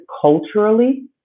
culturally